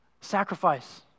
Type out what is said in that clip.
Sacrifice